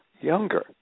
younger